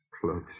close